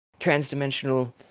transdimensional